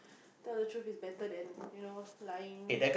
tell the truth is better than you know lying